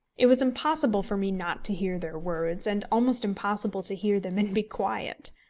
it was impossible for me not to hear their words, and almost impossible to hear them and be quiet.